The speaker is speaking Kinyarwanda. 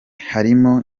harimo